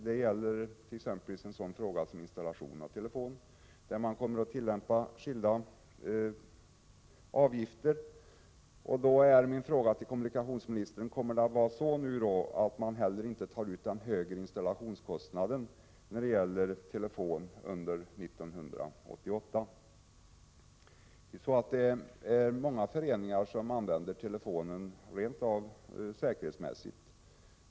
Det gäller t.ex. i fråga om installation av telefon, där man kommer att tillämpa skilda avgifter. Min fråga till kommunikationsministern blir därför: Kommer man under 1988 inte heller att ta ut den högre kostnaden när det gäller installation av telefon? Många föreningar använder telefonen av rent säkerhetsmässiga skäl.